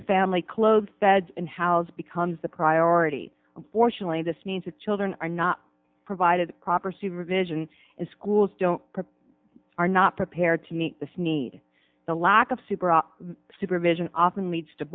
the family clothed fed and housed becomes the priority fortunately this means the children are not provided proper supervision as schools don't are not prepared to meet this need the lack of super up supervision often leads to